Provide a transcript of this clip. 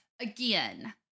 again